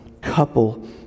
couple